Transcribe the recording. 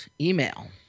email